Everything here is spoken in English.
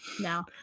No